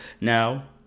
Now